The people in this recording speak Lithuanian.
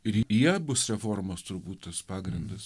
ir jie bus reformos turbūt tas pagrindas